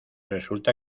resulta